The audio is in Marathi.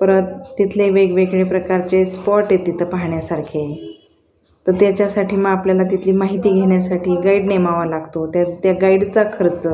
परत तिथले वेगवेगळे प्रकारचे स्पॉट य तिथं पाहण्यासारखे त त्याच्यासाठी मग आपल्याला तिथली माहिती घेण्यासाठी गाईड नेमावा लागतो त्या त्या गाईडचा खर्च